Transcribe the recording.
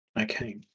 Okay